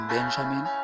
Benjamin